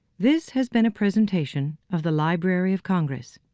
this has been a presentation of the library of congress.